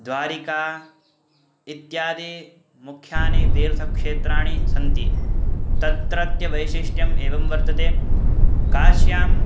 द्वारिका इत्यादिमुख्यानि तीर्थक्षेत्राणि सन्ति तत्रत्यवैशिष्ट्यम् एवं वर्तते काश्यां